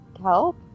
help